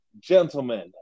gentlemen